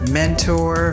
mentor